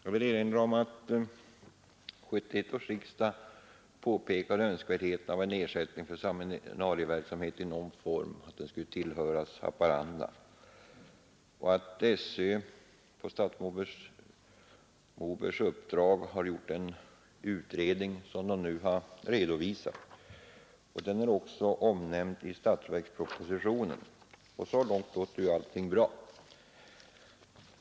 Jag vill erinra om att 1971 års riksdag påpekade önskvärdheten av att en ersättning för seminarieverksamheten i någon form skulle tillföras Haparanda. SÖ har på statsrådet Mobergs uppdrag gjort en utredning som nu har redovisats. Den är också omnämnd i statsverkspropositionen, och så långt låter allt bra.